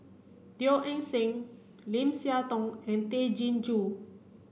Teo Eng Seng Lim Siah Tong and Tay Chin Joo